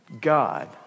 God